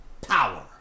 Power